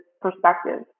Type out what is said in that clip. perspective